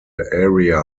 area